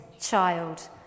child